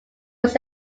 was